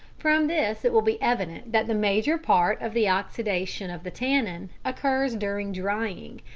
from this it will be evident that the major part of the oxidation of the tannin occurs during drying,